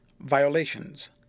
Violations